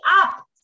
up